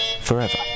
forever